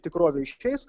tikrovė iškeis